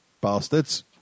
bastards